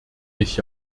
ich